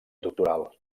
doctoral